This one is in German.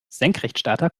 senkrechtstarter